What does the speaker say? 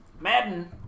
Madden